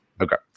Okay